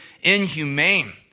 inhumane